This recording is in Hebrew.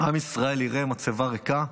עם ישראל יראה מצבה ריקה,